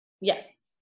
yes